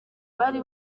bari